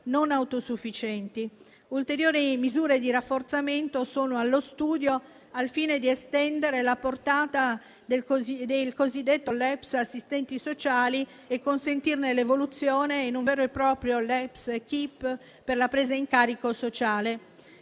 non autosufficienti. Ulteriori misure di rafforzamento sono allo studio al fine di estendere la portata del cosiddetto LEPS assistenti sociali e consentirne l'evoluzione in un vero e proprio LEPS *équipe* per la presa in carico sociale.